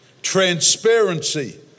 transparency